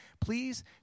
please